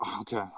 Okay